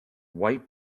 white